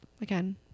again